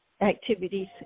activities